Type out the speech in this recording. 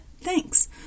thanks